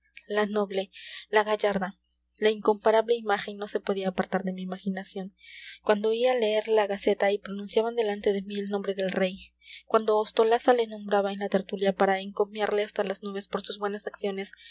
la noble la gallarda la incomparable imagen no se podía apartar de mi imaginación cuando oía leer la gaceta y pronunciaban delante de mí el nombre del rey cuando ostolaza le nombraba en la tertulia para encomiarle hasta las nubes por sus buenas acciones